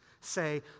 say